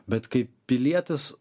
bet kaip pilietis